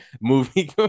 movie